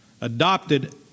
adopted